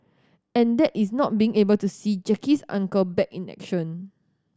and that is not being able to see Jackie's Uncle back in action